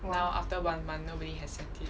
now after one month nobody has edit